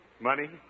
Money